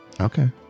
Okay